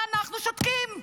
ואנחנו שותקים.